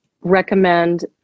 recommend